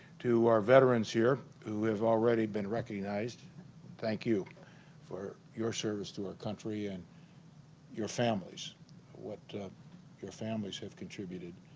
to our veterans here who have already been recognized thank you for your service to our country and your families what your families have contributed